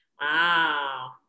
Wow